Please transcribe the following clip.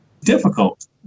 difficult